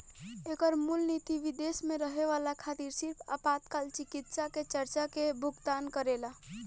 एकर मूल निति विदेश में रहे वाला खातिर सिर्फ आपातकाल चिकित्सा के खर्चा के भुगतान करेला